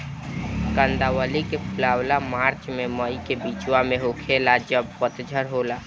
कंदावली के फुलवा मार्च से मई के बिचवा में होखेला जब पतझर होला